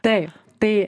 taip tai